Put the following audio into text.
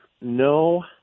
No